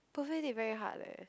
perfect date very hard leh